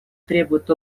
требует